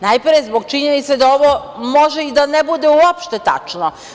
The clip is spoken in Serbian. Najpre zbog činjenice da ovo može i da ne bude uopšte tačno.